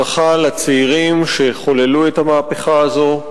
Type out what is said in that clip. ברכה לצעירים שחוללו את המהפכה הזו.